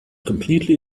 completely